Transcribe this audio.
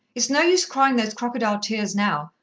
it's no use crying those crocodile tears now.